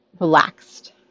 relaxed